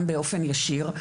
גם באופן ישיר,